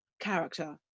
character